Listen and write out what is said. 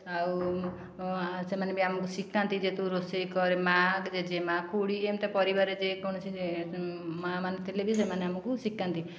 ଆଉ ସେମାନେ ବି ଆମକୁ ଶିଖାନ୍ତି ଯେ ତୁ ରୋଷେଇ କରେ ମା' ଜେଜେମା' ଖୁଡ଼ି ଏମିତିଆ ପରିବାରର ଯେକୌଣସି ମା'ମାନେ ଥିଲେ ବି ସେମାନେ ଆମକୁ ଶିଖାନ୍ତି